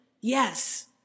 yes